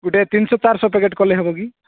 ଗୋଟେ ତିନିଶହ ଚାରିଶହ ପେକେଟ୍ କଲେ ହେବ କି